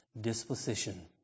Disposition